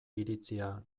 iritzia